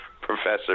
Professor